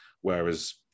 whereas